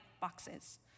boxes